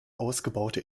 ausgebaute